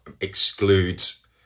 excludes